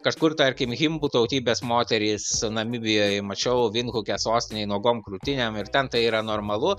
kažkur tarkim himbų tautybės moterys namibijoj mačiau vindhuke sostinėj nuogom krūtinėm ir ten tai yra normalu